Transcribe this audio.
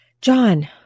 John